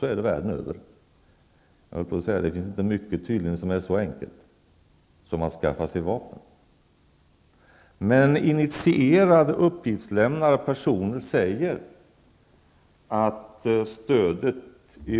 Så är det världen över -- jag höll på att säga att det tydligen inte finns mycket som är så enkelt som att skaffa sig vapen. Initierade uppgiftslämnare säger att stödet